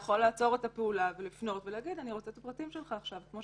איך אפשר לעשות ניטור ובקרה כשהתורם הוא אנונימי לחלוטין על פי חוק?